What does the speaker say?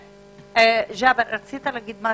בבקשה.